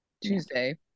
Tuesday